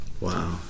wow